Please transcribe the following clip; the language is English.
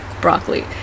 broccoli